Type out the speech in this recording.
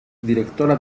directora